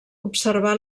observà